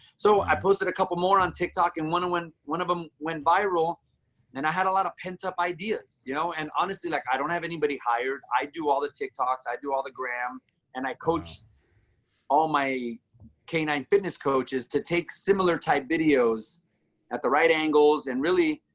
so i posted a couple more on tiktok one on one. one of them went viral and i had a lot of pent-up ideas, you know, and honestly, like, i don't have anybody hired. i do all the tiktoks, i do all the gram and i coach all my canine fitness coaches to take similar type videos at the right angles. and really,